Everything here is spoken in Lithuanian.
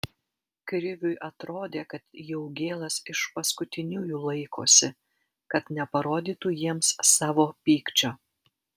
kriviui atrodė kad jaugėlas iš paskutiniųjų laikosi kad neparodytų jiems savo pykčio